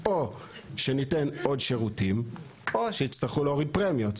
או שניתן עוד שירותים או שיצטרכו להוריד פרמיות.